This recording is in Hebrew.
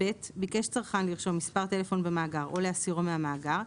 (ב) ביקש צרכן לרשום מספר טלפון במאגר או להסירו מהמאגר,